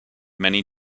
many